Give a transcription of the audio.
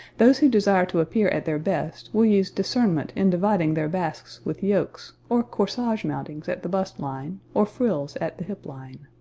those who desire to appear at their best will use discernment in dividing their basques with yokes, or corsage mountings at the bust-line or frills at the hip-line.